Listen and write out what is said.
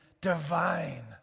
divine